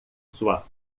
sua